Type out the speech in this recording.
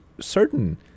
certain